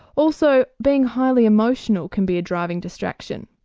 also being highly emotional can be a driving distraction.